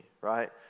right